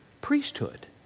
priesthood